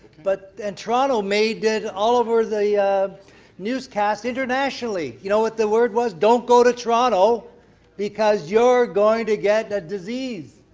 but and toronto made it all over the newscast internationally, you know what the word was don't go to toronto because you're going to get a disease.